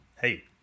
hey